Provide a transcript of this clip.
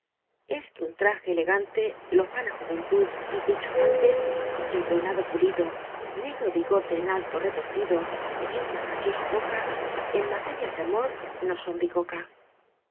s qu e un traje l c an te lozana juvelntud y echo amanle el peinado pulido cgro bigote en alto retorcido y una graciosa boca t en materias tic amor no son bicoca